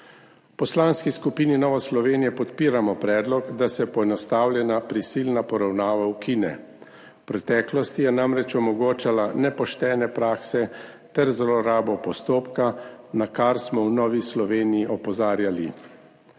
Poslanski skupini Nove Slovenije podpiramo predlog, da se poenostavljena prisilna poravnava ukine. V preteklosti je namreč omogočala nepoštene prakse ter zlorabo postopka, na kar smo v Novi Sloveniji opozarjali.